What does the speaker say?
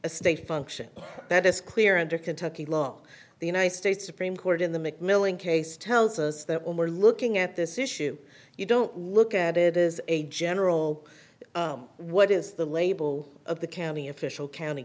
a state function that is clear under kentucky long the united states supreme court in the mcmillan case tells us that when we're looking at this issue you don't look at it as a general what is the label of the county official county